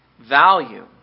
value